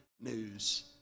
news